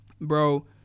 bro